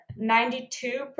92%